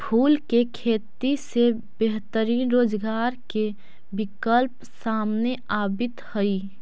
फूल के खेती से बेहतरीन रोजगार के विकल्प सामने आवित हइ